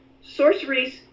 sorceries